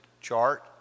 chart